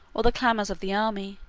or the clamors of the army,